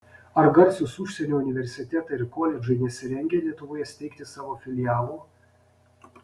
ar garsūs užsienio universitetai ir koledžai nesirengia lietuvoje steigti savo filialų